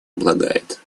обладает